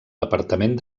departament